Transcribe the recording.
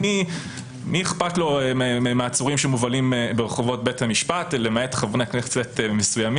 שקיימת בחוק לגבי הקבוצה הייחודית של עצורי הימים.